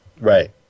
Right